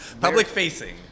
Public-facing